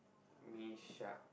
me shak